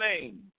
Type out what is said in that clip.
name